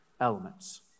elements